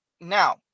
Now